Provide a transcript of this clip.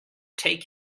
take